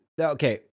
Okay